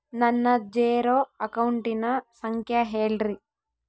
ನನ್ನ ಜೇರೊ ಅಕೌಂಟಿನ ಸಂಖ್ಯೆ ಹೇಳ್ರಿ?